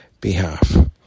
behalf